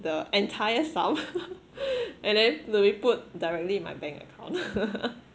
the entire sum and then to be put directly in my bank account